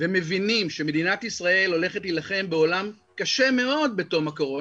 ומבינים שמדינת ישראל הולכת להילחם בעולם קשה מאוד בתום הקורונה,